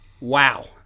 wow